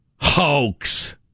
Hoax